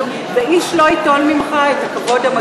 ואיש לא ייטול ממך את הכבוד המגיע לך.